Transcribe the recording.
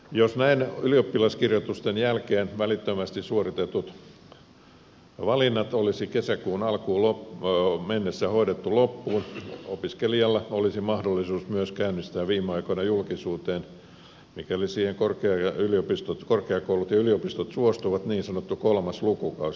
jos näin ylioppilaskirjoitusten jälkeen välittömästi suoritetut valinnat olisi kesäkuun alkuun mennessä hoidettu loppuun opiskelijalla olisi mahdollisuus myös käynnistää viime aikoina julkisuuteen tullut mikäli siihen korkeakoulut ja yliopistot suostuvat niin sanottu kolmas lukukausi